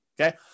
Okay